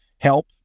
help